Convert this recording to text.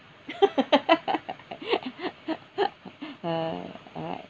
alright